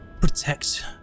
protect